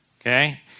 okay